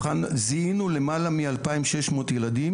זיהינו למעלה מ-2,600 ילדים,